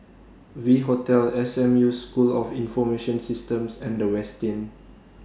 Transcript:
V Hotel S M U School of Information Systems and The Westin